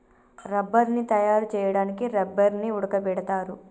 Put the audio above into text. రబ్బర్ని తయారు చేయడానికి రబ్బర్ని ఉడకబెడతారు